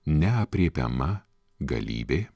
neaprėpiama galybė